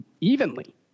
evenly